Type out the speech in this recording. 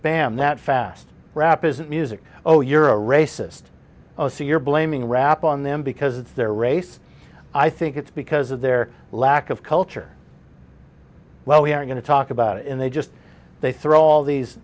bam that fast rap isn't music oh you're a racist oh so you're blaming rap on them because it's their race i think it's because of their lack of culture well we are going to talk about it and they just they throw all these